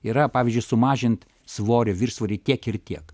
yra pavyzdžiui sumažint svorį viršsvorį tiek ir tiek